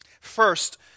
First